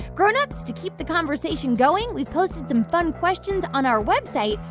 grown-ups, to keep the conversation going, we've posted some fun questions on our website,